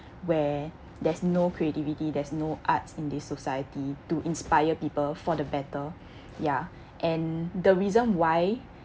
where there's no creativity there's no arts in this society to inspire people for the better ya and the reason why